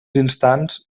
instants